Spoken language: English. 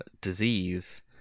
disease